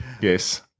yes